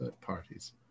parties